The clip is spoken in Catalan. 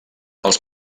els